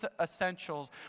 essentials